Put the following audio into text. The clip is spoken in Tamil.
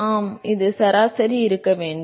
ஆம் இது சராசரியாக இருக்க வேண்டும்